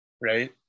right